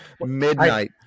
midnight